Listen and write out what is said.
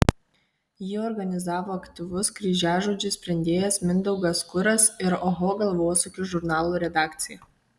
jį organizavo aktyvus kryžiažodžių sprendėjas mindaugas kuras ir oho galvosūkių žurnalų redakcija